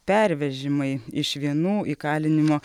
pervežimai iš vienų įkalinimo